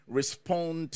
respond